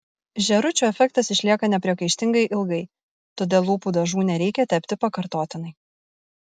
žėručių efektas išlieka nepriekaištingai ilgai todėl lūpų dažų nereikia tepti pakartotinai